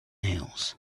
nails